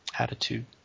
Attitude